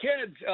kids